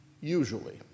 usually